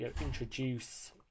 introduce